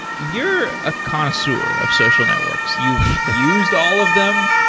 you're a connoisseur of social networks. you've used all of them.